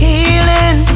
Healing